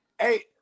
hey